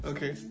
Okay